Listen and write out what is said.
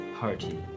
party